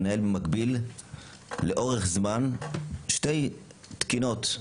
לנהל במקביל לאורך זמן שתי תקינות,